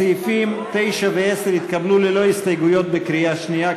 הסעיפים 9 ו-10 התקבלו ללא הסתייגויות בקריאה שנייה,